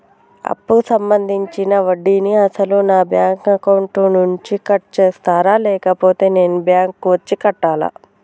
అప్పు సంబంధించిన వడ్డీని అసలు నా బ్యాంక్ అకౌంట్ నుంచి కట్ చేస్తారా లేకపోతే నేను బ్యాంకు వచ్చి కట్టాలా?